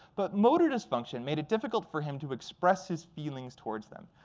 but motor dysfunction made it difficult for him to express his feelings towards them.